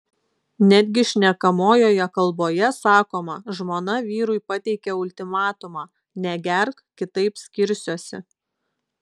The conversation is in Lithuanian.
netgi šnekamojoje kalboje sakoma žmona vyrui pateikė ultimatumą negerk kitaip skirsiuosi